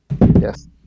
Yes